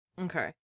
Okay